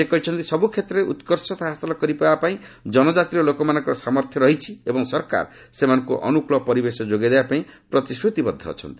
ସେ କହିଛନ୍ତି ସବୁ କ୍ଷେତ୍ରରେ ଉତ୍କର୍ଷତା ହାସଲ କରିବାପାଇଁ ଜନଜାତିର ଲୋକମାନଙ୍କର ସାମର୍ଥ୍ୟ ରହିଛି ଏବଂ ସରକାର ସେମାନଙ୍କୁ ଅନୁକୂଳ ପରିବେଶ ଯୋଗାଇଦେବାପାଇଁ ପ୍ରତିଶ୍ରତିବଦ୍ଧ ଅଛନ୍ତି